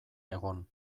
egon